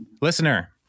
listener